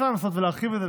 אפשר לנסות ולהרחיב את זה,